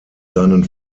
seinen